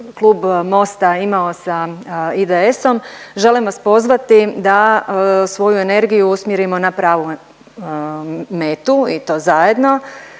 klub Mosta imao sa IDS-om želim vas pozvati da svoju energiju usmjerimo na pravu metu i to zajedno.